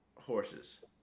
horses